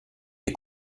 des